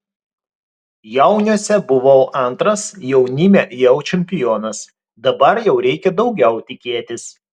jauniuose buvau antras jaunime jau čempionas dabar jau reikia daugiau tikėtis